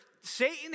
Satan